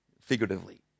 figuratively